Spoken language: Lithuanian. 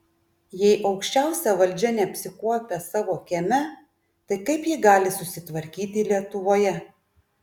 jei aukščiausia valdžia neapsikuopia savo kieme tai kaip ji gali susitvarkyti lietuvoje